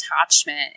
attachment